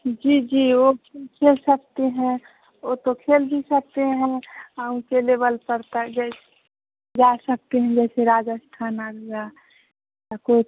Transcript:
जी जी वह गेम खेल सकते हैं वह तो खेल भी सकते हैं वह ऊँचे लेवल पड़ता जैसे जा सकते हैं जैसे राजस्थान आ गया आ कुछ